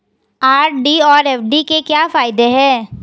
RD और FD के क्या फायदे हैं?